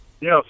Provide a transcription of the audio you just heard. Yes